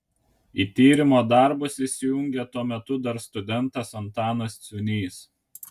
į tyrimo darbus įsijungė tuo metu dar studentas antanas ciūnys